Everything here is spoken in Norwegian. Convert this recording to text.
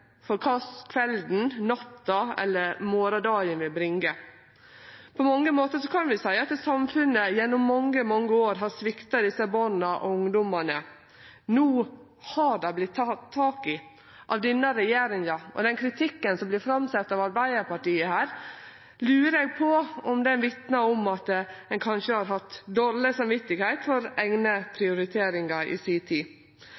for kva kvelden, natta eller morgondagen vil bringe. På mange måtar kan vi seie at samfunnet gjennom mange, mange år har svikta desse barna og ungdomane. No har dei blitt tekne tak i av denne regjeringa. Og eg lurer på om den kritikken som vert sett fram av Arbeiderpartiet her, vitnar om at ein kanskje har hatt dårleg samvit for eigne prioriteringar i si tid.